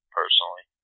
personally